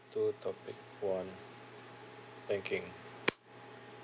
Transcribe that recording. two topic one banking